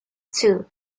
too